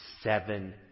seven